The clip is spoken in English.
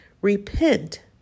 repent